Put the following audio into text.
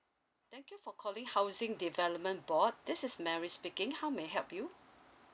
thank you for calling housing development board this is mary speaking how may I help you